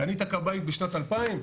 קנית כבאית בשנת 2000,